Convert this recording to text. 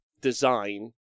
design